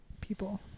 people